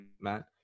Matt